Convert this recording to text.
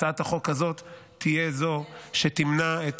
הצעת החוק הזאת תהיה זו שתמנע את